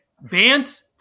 Bant